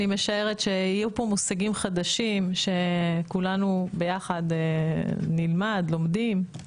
אני משערת שיהיו פה מושגים חדשים שכולנו ביחד לומדים ונלמד.